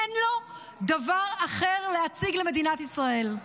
אין לו דבר אחר להציג למדינת ישראל.